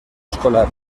escolar